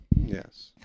Yes